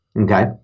Okay